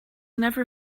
never